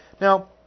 Now